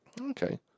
Okay